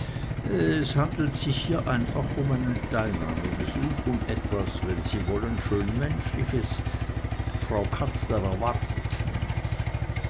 es handelt sich hier einfach um einen teilnahmebesuch um etwas wenn sie wollen schön menschliches frau katzler erwartet nämlich